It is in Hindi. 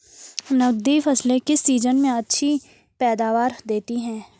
नकदी फसलें किस सीजन में अच्छी पैदावार देतीं हैं?